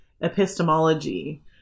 epistemology